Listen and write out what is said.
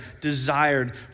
desired